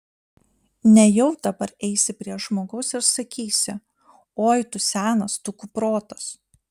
nejau dabar eisi prie žmogaus ir sakysi oi tu senas tu kuprotas